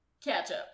Ketchup